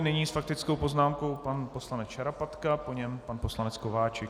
Nyní s faktickou poznámkou pan poslanec Šarapatka, po něm pan poslanec Kováčik.